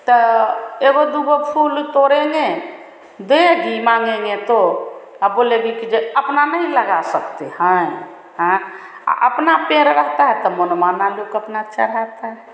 तो एगो दो गो फूल तोड़ेंगे देंगी माँगेंगे तो बोलेगी कि जो अपना नहीं लगा सकती हैं और अपना पेड़ रहता है तो मनमाना अपना लोग अपना चढ़ाता है